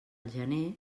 gener